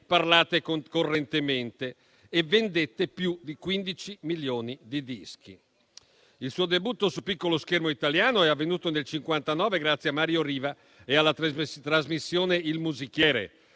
Il suo debutto su piccolo schermo italiano è avvenuto nel 1959 grazie a Mario Riva e alla trasmissione «Il Musichiere».